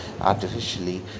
artificially